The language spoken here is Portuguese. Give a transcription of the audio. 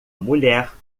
mulher